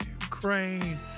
Ukraine